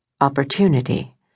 opportunity